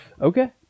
Okay